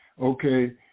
Okay